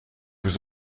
vous